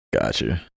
Gotcha